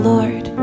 Lord